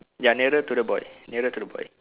ya nearer to the boy nearer to the boy